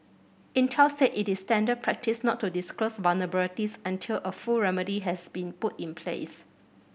Intel said it is standard practice not to disclose vulnerabilities until a full remedy has been put in place